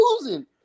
losing